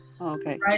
Okay